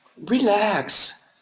relax